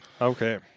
Okay